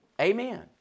amen